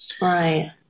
Right